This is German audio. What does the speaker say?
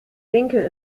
winkel